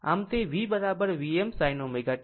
આમ તે V Vm sin ω t છે